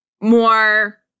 more